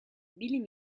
bilim